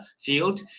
field